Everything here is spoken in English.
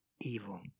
evil